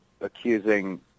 accusing